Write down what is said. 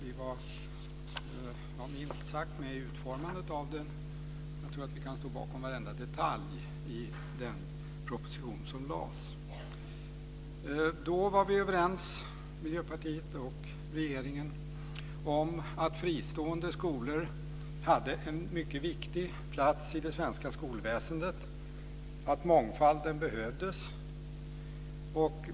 Vi var minst sagt med i utformandet av den, och jag tror att vi kan stå bakom varenda detalj i den proposition som lades fram. Miljöpartiet och regeringen var då överens om att fristående skolor hade en mycket viktig plats i det svenska skolväsendet och att mångfalden behövdes.